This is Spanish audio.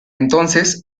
entonces